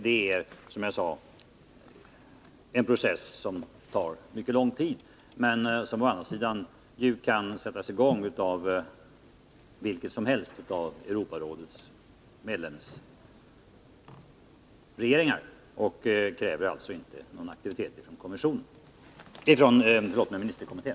Det är, som jag sade, en process som tar mycket lång tid men som å andra sidan kan sättas i gång av vilken som helst av Europarådets medlemsregeringar och alltså inte kräver någon aktivitet från ministerkommittén.